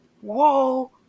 whoa